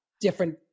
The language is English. different